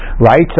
right